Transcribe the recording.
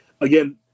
again